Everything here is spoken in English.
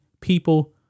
people